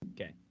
Okay